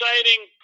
exciting